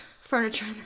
furniture